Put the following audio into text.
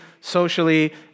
socially